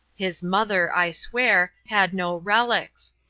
his mother, i swear, had no relics.